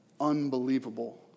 unbelievable